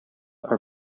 are